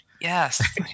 Yes